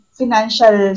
financial